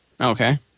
Okay